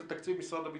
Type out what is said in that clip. זה תקציב משרד הביטחון.